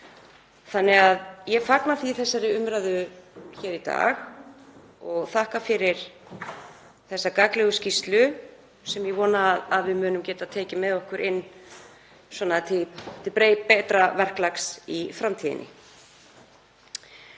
hluti. Því fagna ég umræðunni í dag og þakka fyrir þessa gagnlegu skýrslu sem ég vona að við munum geta tekið með okkur inn til betra verklags í framtíðinni.